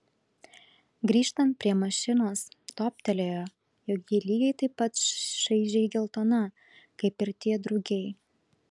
grįžtant prie mašinos toptelėjo jog ji lygiai taip pat šaižiai geltona kaip ir tie drugiai